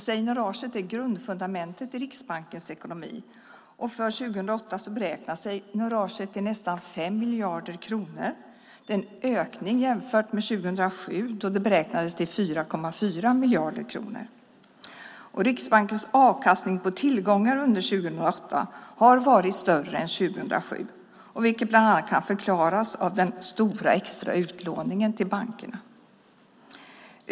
Seignoraget är grundfundamentet i Riksbankens ekonomi, och för 2008 beräknas seignoraget till nästan 5 miljarder kronor, en ökning jämfört med 2007 då det beräknades till 4,4 miljarder kronor. Riksbankens avkastning på tillgångar under 2008 har varit större än 2007, vilket bland annat kan förklaras av den stora extra utlåningen till bankerna.